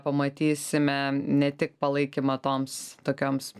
pamatysime ne tik palaikymą toms tokioms